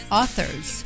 authors